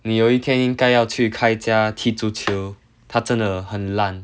你有一天应该要去 kyle 家踢足球他真的很烂